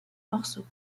morceaux